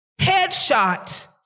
headshot